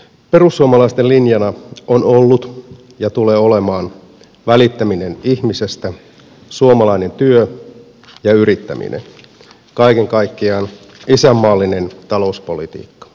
perussuomalaisten linjana on ollut ja tulee olemaan välittäminen ihmisestä suomalainen työ ja yrittäminen kaiken kaikkiaan isänmaallinen talouspolitiikka